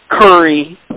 Curry